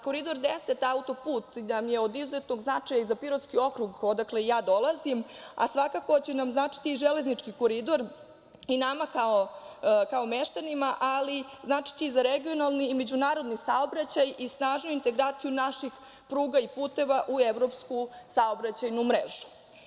Koridor 10 - autoput nam je od izuzetnog značaja i za Pirotski okrug, odakle i ja dolazim, a svakako će nam značiti i železnički koridor i nama kao meštanima, ali značiće i za regionalni i međunarodni saobraćaj i snažniju integraciju naših pruga i puteva u evropsku saobraćajnu mrežu.